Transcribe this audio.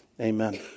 Amen